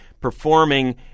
performing